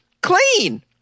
clean